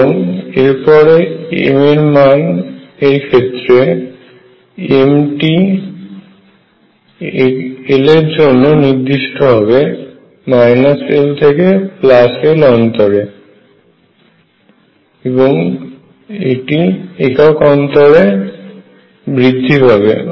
এবং এরপরে m এর মান এর ক্ষেত্রে m টি L এর জন্য নির্দিষ্ট হবে l থেকে l একক অন্তরে বৃদ্ধি পাবে